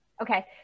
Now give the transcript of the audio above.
Okay